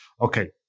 okay